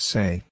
Say